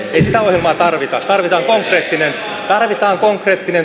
ei sitä ohjelmaa tarvita tarvitaan konkreettinen esitys